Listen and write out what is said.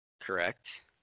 Correct